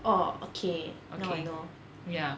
oh okay now I know